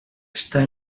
està